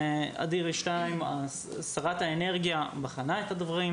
אם אנחנו נעשה את זה בצורה מהירה מידי,